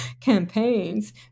campaigns